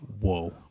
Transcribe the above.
whoa